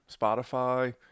Spotify